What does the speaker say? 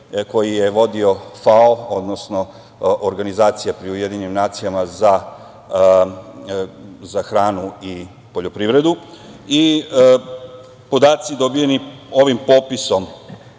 koji je vodio FAO, odnosno organizacija pri UN za hranu i poljoprivredu. Podaci dobijeni ovim popisom